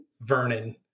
Vernon